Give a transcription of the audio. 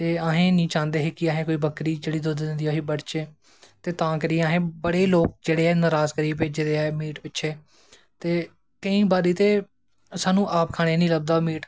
ते अस नी चांह्दे हे कि जेह्ड़ी बकरी दुध्द दिंदी होऐ ते अस उसी बढचै ते तां करियै असैं बड़े लोक नराज़ करियै भेजे दे ऐं मीट पिच्छें ते केंई बारी ते स्हानू आप खानें गी नी लब्भदा ऐ मीट इन्ना शार्ट होई जंदी ऐ मीट दी